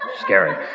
Scary